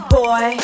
boy